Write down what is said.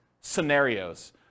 scenarios